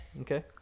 Okay